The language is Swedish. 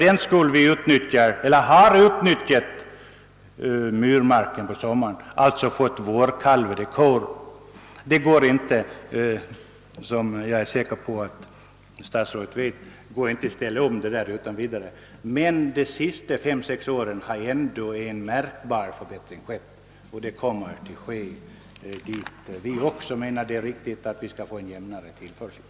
Vi har utnyttjat denna myrmark på sommaren för vårkalvande kor. Det går inte att ställa om detta utan vidare. Men de senaste fem eller sex åren har det skett en märkbar förbättring, och den kommer att fortsätta. Vi menar också att det är riktigt att få en jämnare mjölktillförsel.